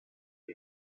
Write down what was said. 列表